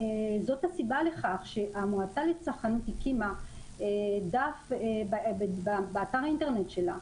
וזאת הסיבה לכך שהמועצה לצרכנות הקימה דף באתר האינטרנט שלה,